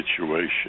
situation